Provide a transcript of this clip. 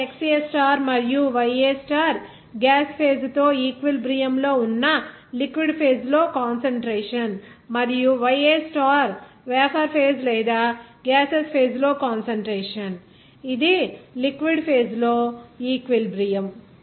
ఇక్కడ XA star మరియు YA star gas phase తో ఈక్విలిబ్రియం లో ఉన్న లిక్విడ్ ఫేజ్ లో కాన్సంట్రేషన్ మరియు YA స్టార్ వేపర్ ఫేజ్ లేదా గ్యాసెస్ ఫేజ్ లో కాన్సంట్రేషన్ ఇది లిక్విడ్ ఫేజ్ లో ఈక్విలిబ్రియం